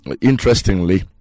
interestingly